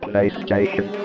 PlayStation